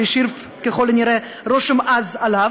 שהשאיר ככל הנראה רושם עז עליו,